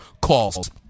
calls